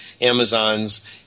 Amazon's